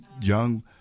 young